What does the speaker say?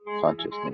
consciousness